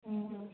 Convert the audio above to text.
ꯎꯝ